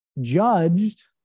judged